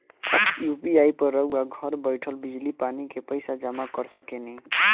UPI पर रउआ घर बईठल बिजली, पानी के पइसा जामा कर सकेनी